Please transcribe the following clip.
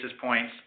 points